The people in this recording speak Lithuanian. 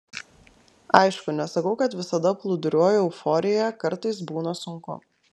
aišku nesakau kad visada plūduriuoju euforijoje kartais būna sunku